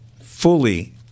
fully